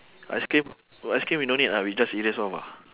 ice cream oh ice cream we no need lah we just erase off ah